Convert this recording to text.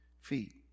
feet